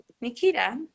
Nikita